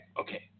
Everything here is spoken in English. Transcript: Okay